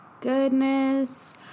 goodness